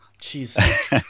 Jesus